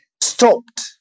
stopped